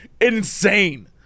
insane